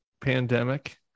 pandemic